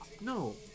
no